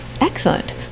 Excellent